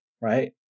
right